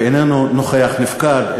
ואיננו נוכח נפקד,